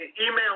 email